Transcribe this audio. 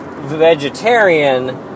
vegetarian